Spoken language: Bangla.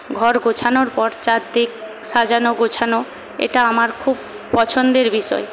ঘর গোছানোর পর চারদিক সাজানো গোছানো এটা আমার খুব পছন্দের বিষয়